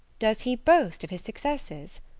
does he boast of his successes?